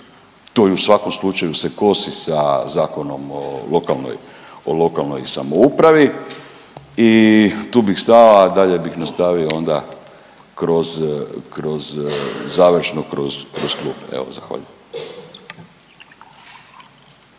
To i u svakom slučaju se kosi sa Zakonom o lokalnoj, o lokalnoj samoupravi i tu bih stao, a dalje bih nastavio onda kroz, kroz završno kroz klub. Evo, zahvaljujem.